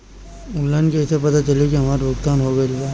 Online कईसे पता चली की हमार भुगतान हो गईल बा?